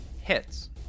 Hits